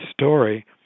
story